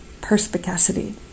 perspicacity